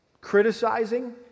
criticizing